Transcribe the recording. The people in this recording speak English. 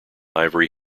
ivory